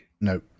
no